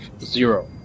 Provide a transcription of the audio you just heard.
zero